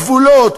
גבולות,